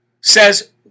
says